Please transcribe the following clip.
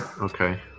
Okay